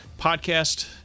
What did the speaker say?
podcast